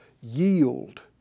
yield